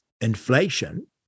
inflation